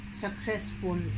successful